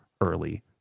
early